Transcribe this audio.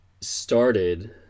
started